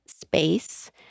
space